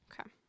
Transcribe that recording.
Okay